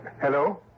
Hello